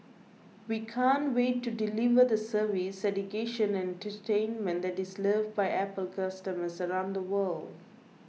we can't wait to deliver the service education and entertainment that is loved by Apple customers around the world